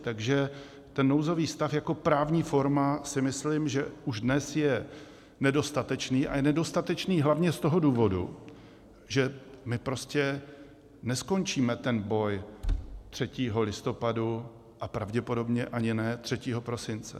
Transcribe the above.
Takže nouzový stav jako právní forma si myslím, že už dnes je nedostatečný, a nedostatečný hlavně z toho důvodu, že my prostě neskončíme ten boj 3. listopadu a pravděpodobně ani ne 3. prosince.